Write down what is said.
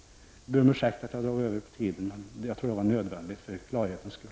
Jag ber om ursäkt för att jag använde för mycket tid, men jag tror att det var nödvändigt för klarhetens skull.